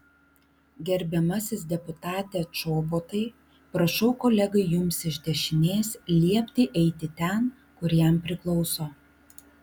gerbiamasis deputate čobotai prašau kolegai jums iš dešinės liepti eiti ten kur jam priklauso